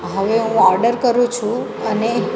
હવે હું ઓર્ડર કરું છું અને